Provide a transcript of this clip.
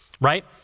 right